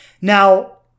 Now